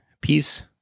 Peace